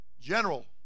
General